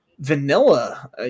vanilla